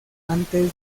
antes